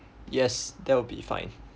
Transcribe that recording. yes that will be fine